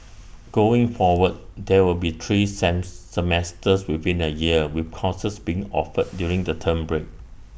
going forward there will be three Sam semesters within A year with courses being offered during the term break